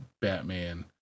Batman